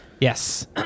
Yes